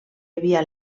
havia